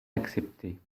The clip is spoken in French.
accepté